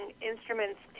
instruments